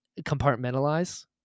compartmentalize